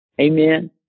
amen